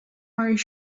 are